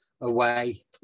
away